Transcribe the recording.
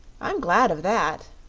i'm glad of that,